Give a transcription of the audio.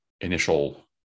initial